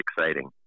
exciting